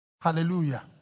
Hallelujah